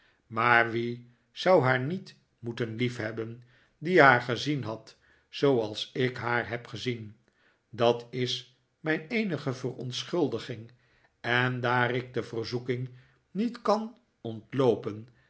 maar wie zou haar niet moeten liefhebben die haar gezien had zooals ik haar heb gezien dat is mijn eenige verontschuldiging en daar ik de verzoeking niet kan ontloopen